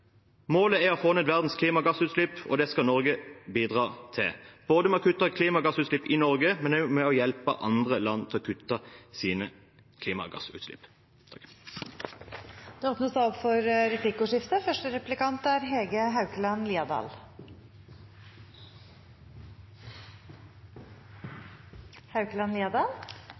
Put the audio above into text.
Målet er å få ned verdens klimagassutslipp, og det skal Norge bidra til, både ved å kutte klimagassutslipp i Norge og ved å hjelpe andre land med å kutte sine klimagassutslipp. Det blir replikkordskifte. For